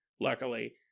luckily